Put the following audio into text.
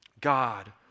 God